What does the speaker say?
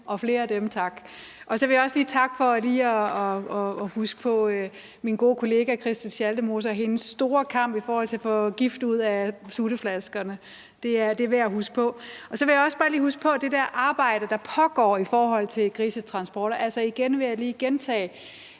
få flere af dem, tak. Så vil jeg også sige tak for lige at huske på min gode kollega Christel Schaldemose og hendes store kamp i forhold til at få gift ud af sutteflasker. Det vil jeg huske på. Og så vil jeg også bare lige huske på det arbejde, der pågår i forhold til grisetransporter. Jeg vil lige gentage,